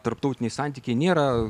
tarptautiniai santykiai nėra